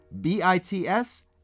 B-I-T-S